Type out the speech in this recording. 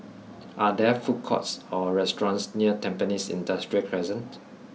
are there food courts or restaurants near Tampines Industrial Crescent